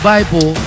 Bible